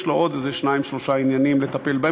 יש לו עוד איזה שניים-שלושה עניינים לטפל בהם,